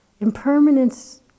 impermanence